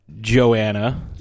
Joanna